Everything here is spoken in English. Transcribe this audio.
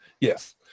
Yes